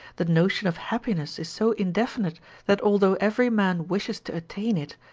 the notion of happiness is so indefinite that although every man wishes to attain it,